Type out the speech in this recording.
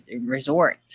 resort